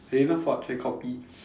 eh not forge eh copy